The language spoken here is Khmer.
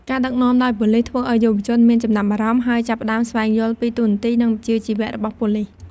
ការដឹកនាំដោយប៉ូលីសធ្វើឲ្យយុវជនមានចំណាប់អារម្មណ៍ ហើយចាប់ផ្តើមស្វែងយល់ពីតួនាទីនិងវិជ្ជាជីវៈរបស់ប៉ូលីស។